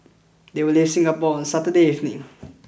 they will leave Singapore on Saturday evening